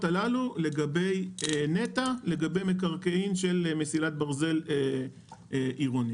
הללו לגבי נת"ע לגבי מקרקעין של מסילת ברזל עירונית.